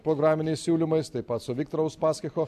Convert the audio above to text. programiniais siūlymais taip pat su viktoro uspaskicho